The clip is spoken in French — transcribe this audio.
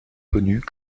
connue